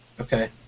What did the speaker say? Okay